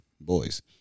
boys